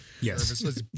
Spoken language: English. yes